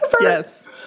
Yes